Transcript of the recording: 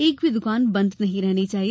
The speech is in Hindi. एक भी दुकान बंद नहीं रहना चाहिए